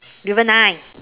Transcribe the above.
River Nile